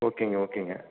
ஓகேங்க ஓகேங்க